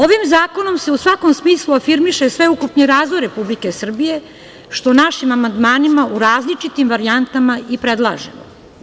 Ovim zakonom se u svakom smislu afirmiše sveukupni razvoj Republike Srbije, što našim amandmanima u različitim varijantama i predlažemo.